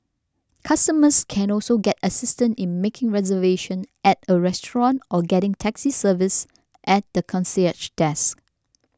customers can also get assistance in making reservation at a restaurant or getting taxi service at the concierge desk